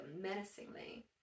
menacingly